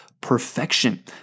perfection